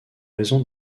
raison